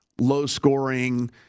low-scoring